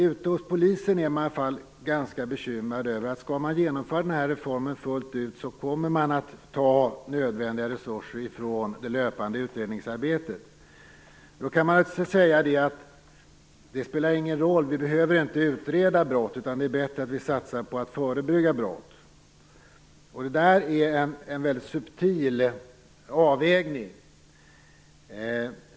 Ute hos polisen är de i alla fall ganska bekymrade över detta. Skall den här reformen genomföras fullt ut kommer det att ta nödvändiga resurser ifrån det löpande utredningsarbetet. Man kan naturligtvis säga att det inte spelar någon roll. Vi behöver inte utreda brott. Det är bättre att vi satsar på att förebygga brott. Det är en mycket subtil avvägning.